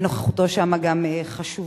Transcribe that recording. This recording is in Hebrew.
וגם נוכחותו שם חשובה.